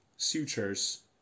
Sutures